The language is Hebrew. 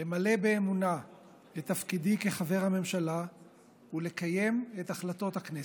למלא באמונה את תפקידי כחבר הממשלה ולקיים את החלטות הכנסת.